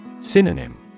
Synonym